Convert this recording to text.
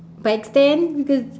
bike stand because